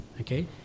Okay